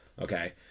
okay